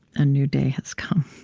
a new day has come.